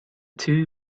two